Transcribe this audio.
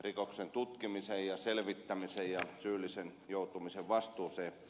rikoksen tutkimisen ja selvittämisen ja syyllisen joutumisen vastuuseen